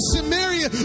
Samaria